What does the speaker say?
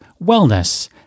wellness